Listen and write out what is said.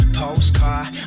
postcard